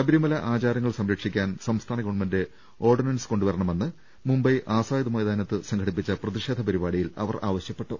ശബരിമല ആചാരങ്ങൾ സംരക്ഷിക്കാൻ സംസ്ഥാന ഗവൺമെന്റ് ഓർഡിനൻസ് കൊണ്ടുവരണമെന്ന് മുംബൈ ആസാദ് മൈതാനത്ത് സംഘടിപ്പിച്ച പ്രതിഷേധ പരിപാടിയിൽ ആവശ്യപ്പെട്ടു